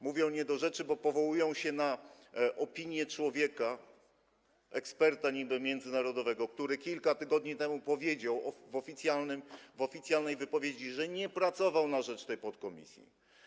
Mówią nie do rzeczy, bo powołują się na opinię człowieka, eksperta niby-międzynarodowego, który kilka tygodni temu stwierdził w oficjalnej wypowiedzi, że nie pracował na rzecz tej podkomisji.